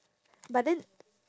but then